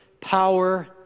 power